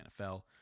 NFL